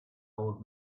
old